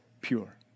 pure